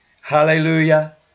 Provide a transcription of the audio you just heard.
Hallelujah